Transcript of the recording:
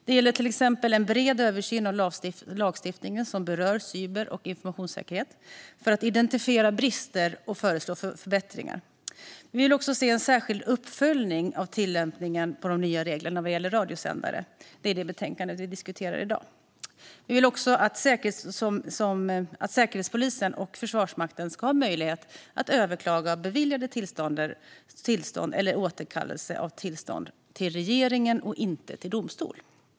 Vi vill till exempel att man gör en bred översyn av lagstiftningen som berör cyber och informationssäkerhet för att identifiera brister och föreslå förbättringar. Vi vill se en särskild uppföljning av tillämpningen av de nya reglerna vad gäller radiosändare. Det är det betänkandet vi diskuterar i dag. Vi vill också att Säkerhetspolisen och Försvarsmakten ska ha möjlighet att överklaga beviljade tillstånd eller återkallelse av tillstånd till regeringen och inte till domstol.